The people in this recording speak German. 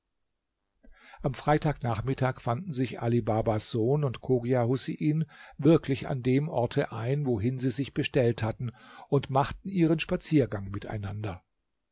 am freitag nachmittag fanden sich ali babas sohn und chogia husein wirklich an dem orte ein wohin sie sich bestellt hatten und machten ihren spaziergang miteinander